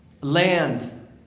land